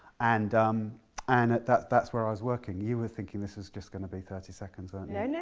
and um and that's that's where i was working. you were thinking this was just going to be thirty seconds, weren't yeah and yeah